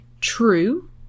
true